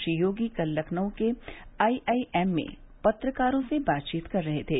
श्री योगी कल लखनऊ के आईआईएम में पत्रकारों से बातचीत कर रहे थे